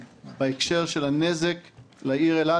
בהקשר של הנזק לעיר אילת,